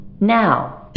now